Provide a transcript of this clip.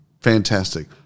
Fantastic